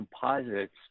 composites